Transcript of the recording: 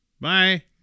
bye